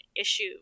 issue